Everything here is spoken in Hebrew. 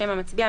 שם המצביע,